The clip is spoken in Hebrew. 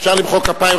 אפשר למחוא כפיים,